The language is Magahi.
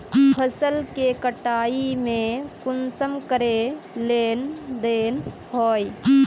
फसल के कटाई में कुंसम करे लेन देन होए?